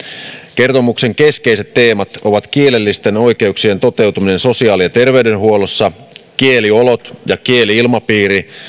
kertomuksen keskeiset teemat ovat kielellisten oikeuksien toteutuminen sosiaali ja ter veydenhuollossa kieliolot ja kieli ilmapiiri